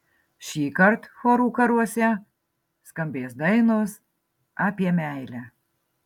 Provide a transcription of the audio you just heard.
šįkart chorų karuose skambės dainos apie meilę